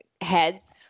heads